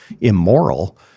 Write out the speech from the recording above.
immoral